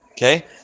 Okay